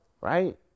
right